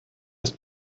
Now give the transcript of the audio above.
ist